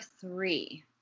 three